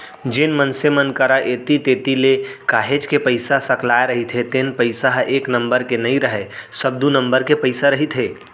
जेन मनसे मन करा ऐती तेती ले काहेच के पइसा सकलाय रहिथे तेन पइसा ह एक नंबर के नइ राहय सब दू नंबर के पइसा रहिथे